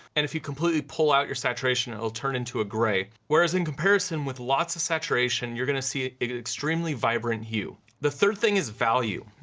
and if you completely pull out your saturation it'll turn into a gray whereas in comparison with lots of saturation, you're gonna see an extremely vibrant hue. the third thing is value,